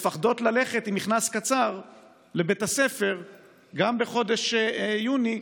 הן מפחדות ללכת עם מכנסים קצרים לבית הספר גם בחודש יוני,